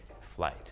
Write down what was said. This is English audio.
flight